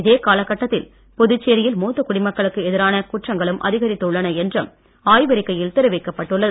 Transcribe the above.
இதே கால கட்டத்தில் புதுச்சேரியில் மூத்த குடிமக்களுக்கு எதிரான குற்றங்களும் அதிகரித்துள்ளன என்றும் ஆய்வறிக்கையில் தெரிவிக்கப்பட்டு உள்ளது